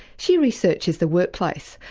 she researches the workplace,